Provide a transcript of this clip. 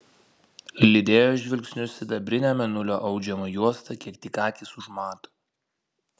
lydėjo žvilgsniu sidabrinę mėnulio audžiamą juostą kiek tik akys užmato